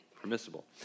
permissible